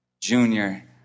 Junior